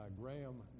Graham